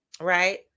right